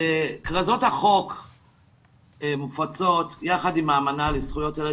כרזות החוק מופצות יחד עם האמנה לזכויות הילד